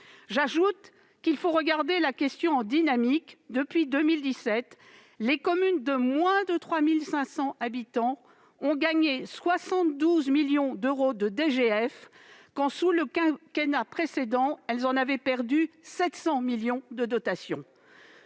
J'ajoute qu'il faut envisager la question dans une perspective dynamique. Depuis 2017, les communes de moins de 3 500 habitants ont gagné 72 millions d'euros de DGF, quand, sous le quinquennat précédent, elles avaient perdu 700 millions d'euros de dotation.